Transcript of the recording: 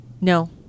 No